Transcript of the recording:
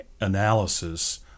analysis